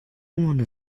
wonder